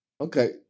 Okay